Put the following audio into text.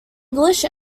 english